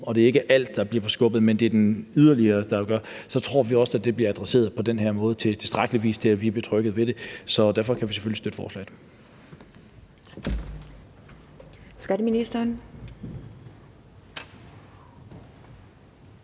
og at det ikke er alt, der bliver skubbet, men det er det yderligere, der bliver det, så tror vi også, at det på den her måde bliver adresseret på tilstrækkelig vis til, at vi er betryggede ved det. Så derfor kan vi selvfølgelig støtte forslaget.